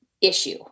issue